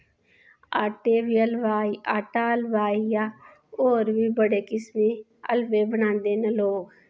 आट्टे हलवा आटा हलवा आईया होर बी बड़े किस्मे हलवे बनांदे न लोग